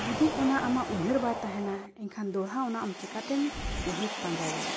ᱡᱩᱫᱤ ᱚᱱᱟ ᱟᱢᱟᱜ ᱩᱭᱦᱟᱹᱨ ᱵᱟᱭ ᱛᱟᱦᱮᱱᱟ ᱮᱱᱠᱷᱟᱱ ᱫᱚᱲᱦᱟ ᱚᱱᱟ ᱟᱢ ᱪᱮᱠᱟᱹᱛᱮᱢ ᱩᱭᱦᱟᱹᱨ ᱯᱟᱸᱡᱟᱭᱟ